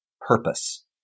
purpose